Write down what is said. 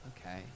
Okay